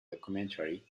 documentary